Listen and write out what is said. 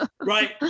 Right